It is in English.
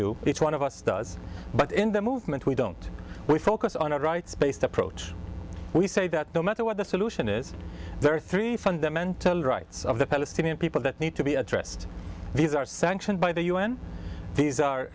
do each one of us does but in the movement we don't we focus on our rights based approach we say that no matter what the solution is there are three fundamental rights of the palestinian people that need to be addressed these are sanctioned by the un these are